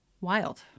wild